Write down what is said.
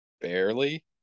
Barely